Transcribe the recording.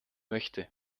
möchte